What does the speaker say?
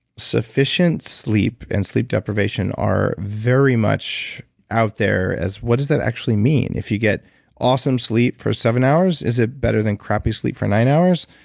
sufficient sleep and sleep deprivation are very much out there, as what does that actually mean? if you get awesome sleep for seven hours is it better than crappy sleep for nine hours?